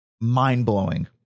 mind-blowing